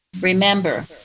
Remember